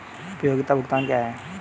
उपयोगिता भुगतान क्या हैं?